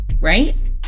right